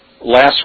Last